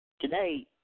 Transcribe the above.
Today